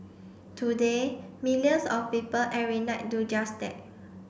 today millions of people every night do just that